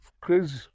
Crazy